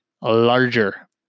larger